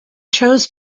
chose